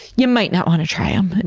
you might not want to try um and